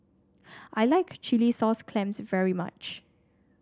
I like Chilli Sauce Clams very much